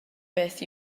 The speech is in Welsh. beth